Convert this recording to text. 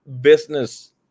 business